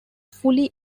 fully